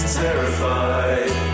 terrified